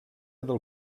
del